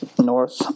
North